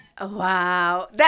Wow